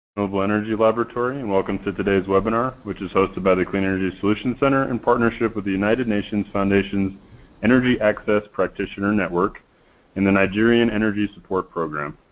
renewable energy laboratory and welcome to today's webinar which is hosted by the clean energy solutions center in partnership with the united nation foundation's energy access practitioner network and the nigerian energy support program.